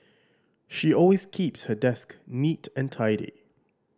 she always keeps her desk neat and tidy